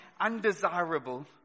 undesirable